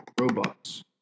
Robots